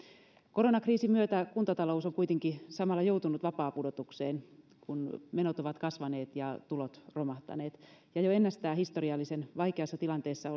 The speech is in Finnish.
koronakriisin myötä kuntatalous on kuitenkin samalla joutunut vapaapudotukseen kun menot ovat kasvaneet ja tulot romahtaneet ja jo ennestään historiallisen vaikeassa tilanteessa